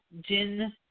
Jin